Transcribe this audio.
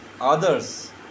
others